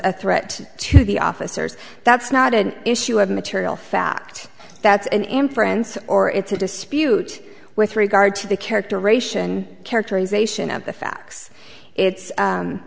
a threat to the officers that's not an issue of material fact that's an am friends or it's a dispute with regard to the character ration characterization of the facts it's